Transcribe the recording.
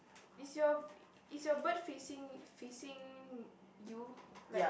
is your is your bird facing facing you like